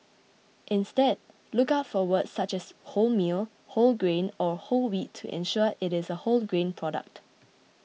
instead look out for words such as wholemeal whole grain or whole wheat to ensure it is a wholegrain product